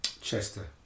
Chester